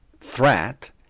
threat